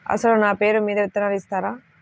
అసలు నా పేరు మీద విత్తనాలు ఇస్తారా?